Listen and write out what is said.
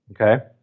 Okay